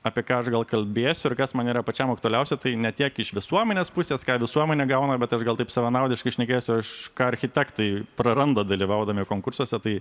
apie ką aš gal kalbėsiu ir kas man yra pačiam aktualiausia tai ne tiek iš visuomenės pusės ką visuomenė gauna bet aš gal taip savanaudiškai šnekėsiu aš ką architektai praranda dalyvaudami konkursuose tai